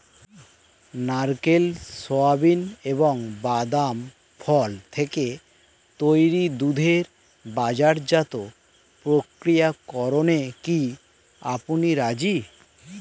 নারকেল, সোয়াবিন এবং বাদাম ফল থেকে তৈরি দুধের বাজারজাত প্রক্রিয়াকরণে কি আপনি রাজি?